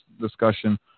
discussion